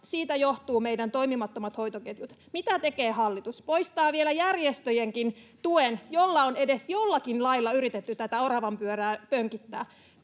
Siitä johtuvat meidän toimimattomat hoitoketjut. Mitä tekee hallitus? Poistaa vielä järjestöjenkin tuen, jolla on edes jollakin lailla yritetty tätä oravanpyörää pönkittää.